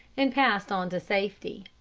and passed on to safety.